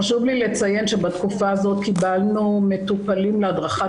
חשוב לי לציין שבתקופה הזאת קיבלנו מטופלים להדרכת